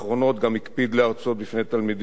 תלמידים על אודות הסיכון הרב שבעישון.